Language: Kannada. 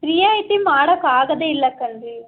ರಿಯಾಯಿತಿ ಮಾಡಕ್ಕೆ ಆಗೋದೇ ಇಲ್ಲ ಕಂಡ್ರಿ